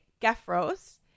Geffros